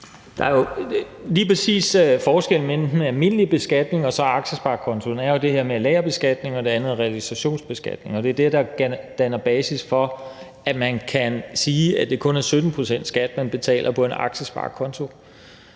(V): Lige præcis forskellen mellem den almindelige beskatning og så aktiesparekontoen er jo det her med, at det ene er lagerbeskatning, og det andet er realisationsbeskatning, og det er det, der danner basis for, at man kan sige, at det kun er 17 pct. skat, man betaler på en aktiesparekonto.